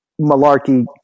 Malarkey